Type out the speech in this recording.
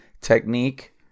technique